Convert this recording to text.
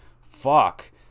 Fuck